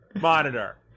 Monitor